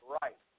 right